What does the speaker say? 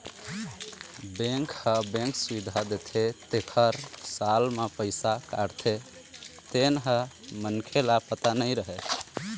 bank ह bank सुबिधा देथे तेखर साल म पइसा काटथे तेन ह मनखे ल पता नइ रहय